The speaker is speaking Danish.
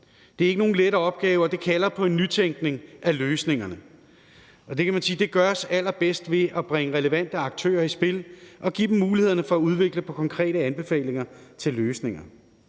Det er ikke nogen let opgave, og det kalder på en nytænkning af løsningerne, og det gøres allerbedst ved at bringe relevante aktører i spil og give dem mulighed for at udvikle konkrete anbefalinger til løsninger.